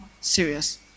serious